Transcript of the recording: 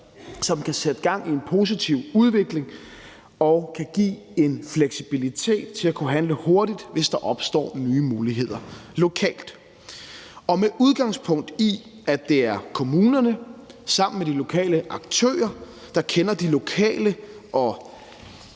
som kan sætte gang i en positiv udvikling og kan give en fleksibilitet til at kunne handle hurtigt, hvis der opstår nye muligheder lokalt. Med udgangspunkt i at det er kommunerne sammen med de lokale aktører, der kender de lokale og